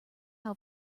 how